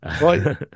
Right